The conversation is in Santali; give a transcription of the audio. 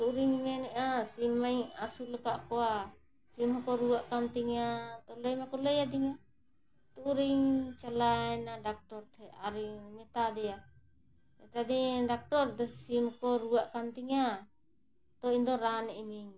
ᱛᱳ ᱤᱧᱤᱧ ᱢᱮᱱᱮᱫᱼᱟ ᱥᱤᱢ ᱢᱟ ᱟᱹᱥᱩᱞ ᱟᱠᱟᱫ ᱠᱚᱣᱟ ᱥᱤᱢ ᱦᱚᱸᱠᱚ ᱨᱩᱣᱟᱹᱜ ᱠᱟᱱ ᱛᱤᱧᱟᱹ ᱛᱳ ᱞᱟᱹᱭ ᱢᱟᱠᱚ ᱞᱟᱹᱭ ᱟᱹᱫᱤᱧᱟ ᱛᱳ ᱩᱱᱨᱮᱧ ᱪᱟᱞᱟᱣ ᱮᱱᱟ ᱰᱟᱠᱴᱚᱨ ᱴᱷᱮᱱ ᱟᱨᱤᱧ ᱢᱮᱛᱟ ᱫᱮᱭᱟ ᱢᱮᱛᱟ ᱫᱤᱧ ᱰᱟᱠᱴᱚᱨ ᱫᱮᱥᱤ ᱥᱤᱢ ᱠᱚ ᱨᱩᱣᱟᱹᱜ ᱠᱟᱱ ᱛᱤᱧᱟᱹ ᱛᱳ ᱤᱧᱫᱚ ᱨᱟᱱ ᱤᱢᱟᱹᱧ